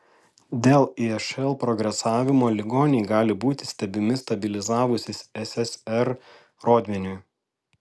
dėl išl progresavimo ligoniai gali būti stebimi stabilizavusis ssr rodmeniui